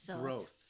growth